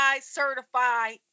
certified